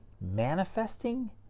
manifesting